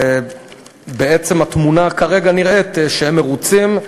בעצם התמונה כרגע נראית שהם מרוצים,